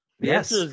yes